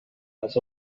has